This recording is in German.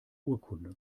urkunde